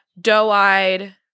doe-eyed